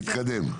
תתקדם.